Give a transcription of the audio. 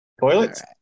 toilets